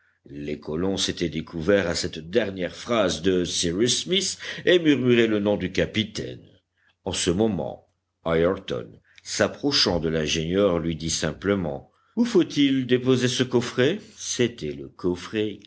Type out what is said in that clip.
les colons s'étaient découverts à cette dernière phrase de cyrus smith et murmuraient le nom du capitaine en ce moment ayrton s'approchant de l'ingénieur lui dit simplement où faut-il déposer ce coffret c'était le coffret